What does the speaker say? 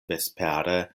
vespere